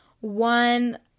one